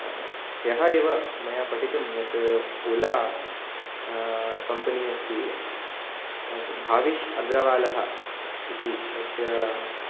ह्यः एव मया पठितं यत् ओला कम्पनी अस्ति अत् भाविष् अग्रवालः इति तस्या